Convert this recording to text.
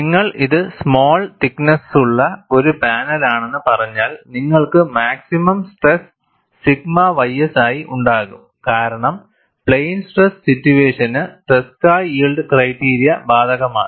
നിങ്ങൾ ഇത് സ്മാൾ തിക്നെസ്സ്സുള്ള ഒരു പാനലാണെന്ന് പറഞ്ഞാൽ നിങ്ങൾക്ക് മാക്സിമം സ്ട്രെസ് സിഗ്മ ys ആയി ഉണ്ടാകും കാരണം പ്ലെയിൻ സ്ട്രെസ് സിറ്റുവേഷന് ട്രെസ്ക യിൽഡ് ക്രൈറ്റീരിയ ബാധകമാണ്